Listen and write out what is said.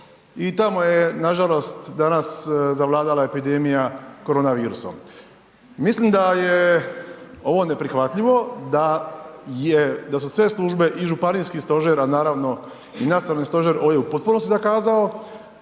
i tamo je nažalost danas zavladala epidemija korona virusom. Mislim da je ovo neprihvatljivo, da su sve službe i županijskih stožera naravno i nacionalni stožer ovdje u potpunosti zakazao.